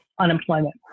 unemployment